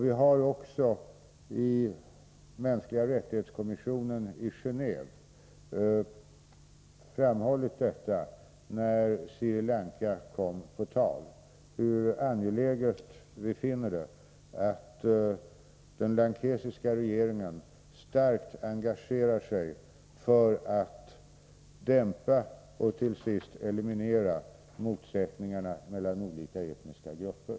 Vi har också i kommissionen för mänskliga rättigheter i Genéve framhållit, när Sri Lanka kom på tal, hur angeläget vi anser det vara att den srilankesiska regeringen starkt engagerar sig för att dämpa och till sist eliminera motsättningarna mellan olika etniska grupper.